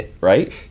Right